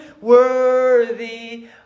Worthy